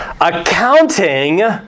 Accounting